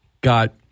got